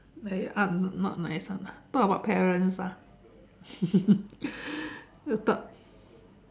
like up not not my son ah talk about parents ah